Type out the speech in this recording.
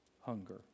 hunger